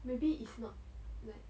maybe it's not like